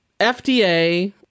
FDA